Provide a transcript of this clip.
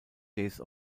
days